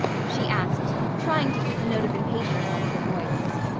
she asked, trying to keep a note of impatience out of her voice.